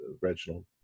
Reginald